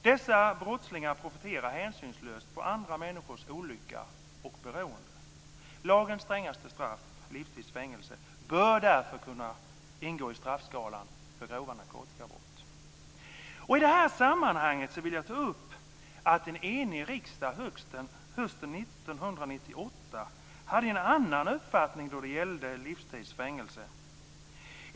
Narkotikabrottslingar profiterar hänsynslöst på andra människors olycka och beroende. Lagens strängaste straff, livstids fängelse, bör därför kunna ingå i straffskalan för grova narkotikabrott. I detta sammanhang vill jag ta upp att en enig riksdag hösten 1998 hade en annan uppfattning då det gällde livstids fängelse.